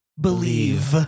believe